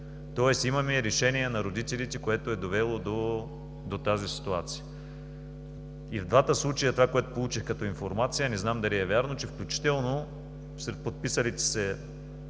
тоест имаме решение на родителите, което е довело до тази ситуация. И в двата случая – това, което получих като информация, не знам дали е вярно, че сред подписалите се